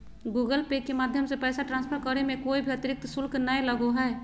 Google Pay के माध्यम से पैसा ट्रांसफर करे मे कोय भी अतरिक्त शुल्क नय लगो हय